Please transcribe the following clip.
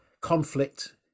conflict